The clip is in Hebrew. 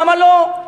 למה לא?